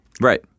Right